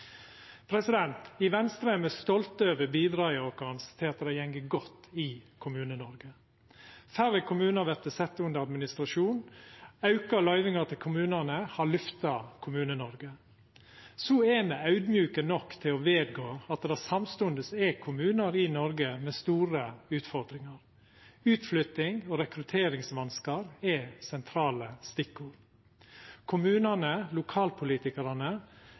I Venstre er me stolte over bidraget vårt til at det går godt i Kommune-Noreg. Færre kommunar vert sette under administrasjon. Auka løyvingar til kommunane har lyfta Kommune-Noreg. Så er me audmjuke nok til å vedgå at det samstundes er kommunar i Noreg med store utfordringar. Utflytting og rekrutteringsvanskar er sentrale stikkord. Kommunane og lokalpolitikarane